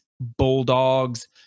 Bulldogs